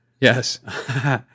yes